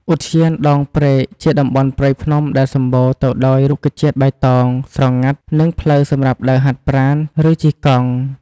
ឧទ្យានដងព្រែក ជាតំបន់ព្រៃភ្នំដែលសម្បូរទៅដោយរុក្ខជាតិបៃតងស្រងាត់ និងផ្លូវសម្រាប់ដើរហាត់ប្រាណ ឬជិះកង់។